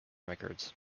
records